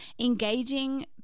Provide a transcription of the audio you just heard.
engaging